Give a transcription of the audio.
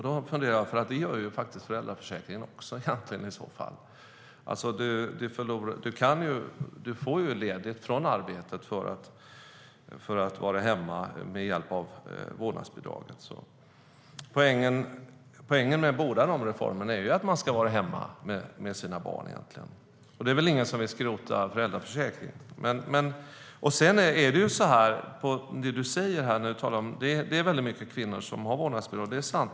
Det gör egentligen också föräldraförsäkringen i så fall. Du får ledigt från arbetet för att vara hemma med hjälp av vårdnadsbidraget. Poängen med båda reformerna är att man ska vara hemma med sina barn. Det är väl ingen som vill skrota föräldraförsäkringen. Du talar här om att det är väldigt många kvinnor som har vårdnadsbidrag, och det är sant.